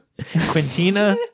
Quintina